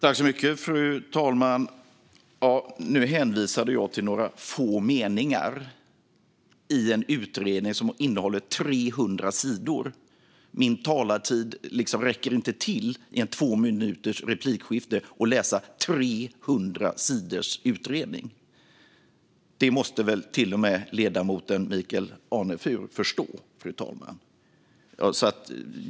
Fru talman! Nu hänvisade jag till några få meningar i en utredning som innehåller 300 sidor. Min talartid i en replik på två minuter räcker inte till för att läsa 300 sidors utredning. Det måste väl till och med ledamoten Michael Anefur förstå, fru talman?